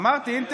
אמרתי, אינטרנט.